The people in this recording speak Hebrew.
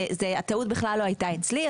הטעות בכלל לא הייתה אצלי,